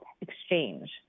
exchange